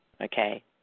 Okay